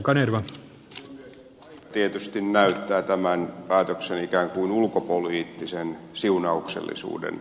aika tietysti näyttää tämän päätöksen ikään kuin ulkopoliittisen siunauksellisuuden